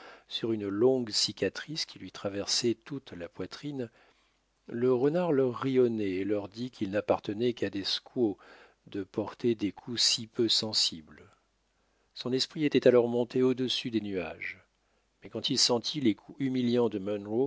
sur une longue cicatrice qui lui traversait toute la poitrine le renard leur rit au nez et leur dit qu'il n'appartenait qu'à des squaws de porter des coups si peu sensibles son esprit était alors monté au-dessus des nuages mais quand il sentit les coups humiliants de